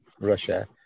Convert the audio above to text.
Russia